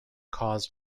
caused